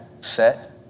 set